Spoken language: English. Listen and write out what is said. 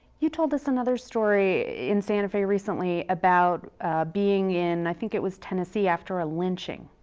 you told us another story in santa fe recently about being in, i think it was tennessee, after a lynching.